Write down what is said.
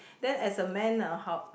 then as a man right how